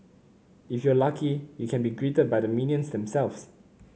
if you lucky you can be greeted by the minions themselves